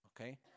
Okay